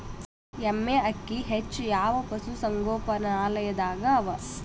ಎಮ್ಮೆ ಅಕ್ಕಿ ಹೆಚ್ಚು ಯಾವ ಪಶುಸಂಗೋಪನಾಲಯದಾಗ ಅವಾ?